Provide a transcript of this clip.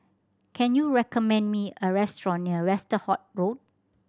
can you recommend me a restaurant near Westerhout Road